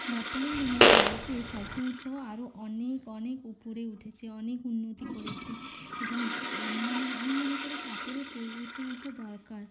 বর্তমান দিনে ভারতের ফ্যাশান শো আরো অনেক অনেক উপরে উঠেছে অনেক উন্নতি করেছে এবং মানে আমি মনে করি কাপড়ে পরিবর্তন আসা দরকার